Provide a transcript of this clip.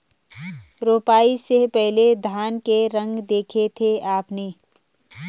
रोपाई से पहले धान के रंग देखे थे आपने?